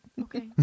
Okay